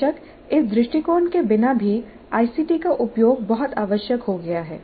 बेशक इस दृष्टिकोण के बिना भी आईसीटी का उपयोग बहुत आवश्यक हो गया है